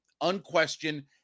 Unquestioned